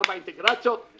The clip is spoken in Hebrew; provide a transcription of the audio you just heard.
ארבע אינטגרציות,